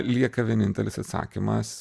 lieka vienintelis atsakymas